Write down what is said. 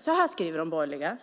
Så här skriver de borgerliga: